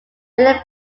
william